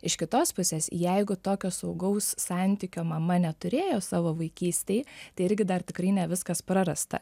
iš kitos pusės jeigu tokio saugaus santykio mama neturėjo savo vaikystėj tai irgi dar tikrai ne viskas prarasta